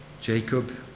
Jacob